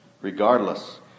regardless